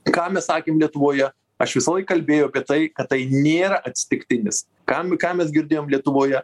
ką mes sakėm lietuvoje aš visąlaik kalbėjau apie tai kad tai nėra atsitiktinis kam ką mes girdėjom lietuvoje